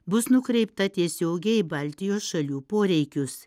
bus nukreipta tiesiogiai į baltijos šalių poreikius